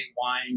wine